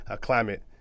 climate